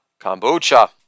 kombucha